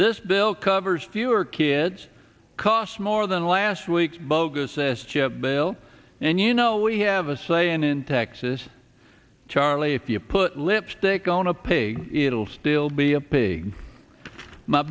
this bill covers fewer kids costs more than last week's bogus s chip bill and you know we have a saying in texas charlie if you put lipstick on a pig it'll still be a pig my